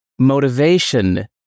motivation